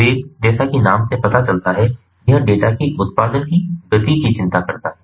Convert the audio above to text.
वेग जैसा कि नाम से पता चलता है यह डेटा की उत्पादन की गति की चिंता करता है